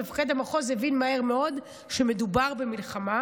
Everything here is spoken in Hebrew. מפקד המחוז הבין מהר מאוד שמדובר במלחמה,